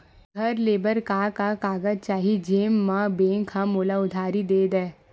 घर ले बर का का कागज चाही जेम मा बैंक हा मोला उधारी दे दय?